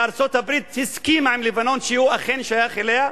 שארצות-הברית הסכימה עם לבנון שהוא אכן שייך אליה?